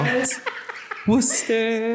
Worcester